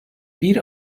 bir